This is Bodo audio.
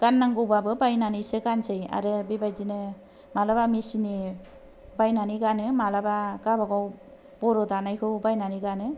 गाननांगौबाबो बायनानैसो गानसै आरो बेबायदिनो मालाबा मेसिननि बायनानै गानो मालाबा गाबागाव बर' दानायखौ बायनानै गानो